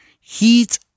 Heat